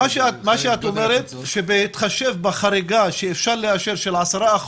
מה שאת אומרת שבהתחשב בחריגה שאפשר לאשר של 10%,